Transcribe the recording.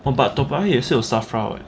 oh but toa payoh 也是有 SAFRA [what]